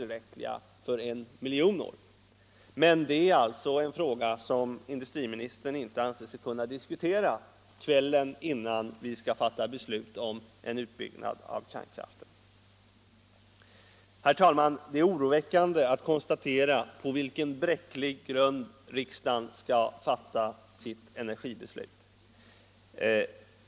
27 maj 1975 Men det är alltså en fråga som industriministern inte anser sig kunna diskutera kvällen innan vi skall fatta beslut om en utbyggnad av kärn — Energihushåll kraften. ningen, m.m. Herr talman! Det är oroväckande att konstatera på vilken bräcklig grund riksdagen skall fatta sitt energibeslut.